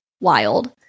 wild